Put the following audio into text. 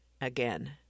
again